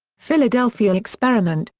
philadelphia experiment,